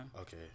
Okay